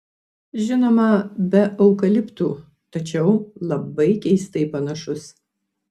žinoma be eukaliptų tačiau labai keistai panašus